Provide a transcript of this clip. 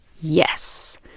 Yes